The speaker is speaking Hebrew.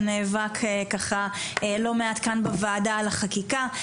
ונאבק ככה לא מעט כאן בוועדה על החקיקה.